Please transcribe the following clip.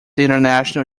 international